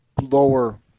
lower